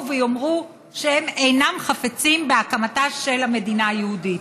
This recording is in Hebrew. ויאמרו שהם אינם חפצים בהקמתה של המדינה היהודית.